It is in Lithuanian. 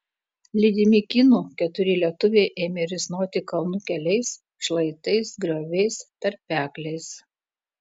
lydimi kinų keturi lietuviai ėmė risnoti kalnų keliais šlaitais grioviais tarpekliais